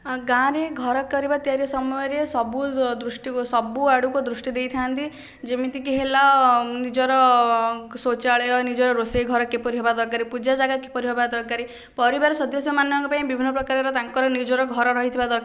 ହଁ ଗାଁ ରେ ଘର କରିବା ତିଆରି ସମୟରେ ସବୁ ଦୃଷ୍ଟିକୁ ସବୁ ଆଡକୁ ଦୃଷ୍ଟି ଦେଇଥାନ୍ତି ଯେମିତିକି ହେଲା ନିଜର ଶୌଚାଳୟ ନିଜର ରୋଷେଇ ଘର କିପରି ହେବା ଦରକାର ପୂଜା ଜାଗା କିପରି ହେବା ଦରକାର ପରିବାର ସଦସ୍ୟ ମାନଙ୍କ ପାଇଁ ବିଭିନ୍ନ ପ୍ରକାରର ତାଙ୍କର ନିଜର ଘର ରହିଥିବା ଦରକାର